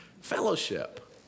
Fellowship